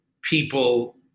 people